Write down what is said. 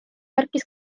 märkis